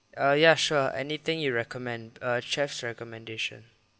ah ya sure anything you recommend err chef's recommendation